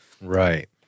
right